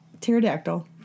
Pterodactyl